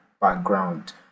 background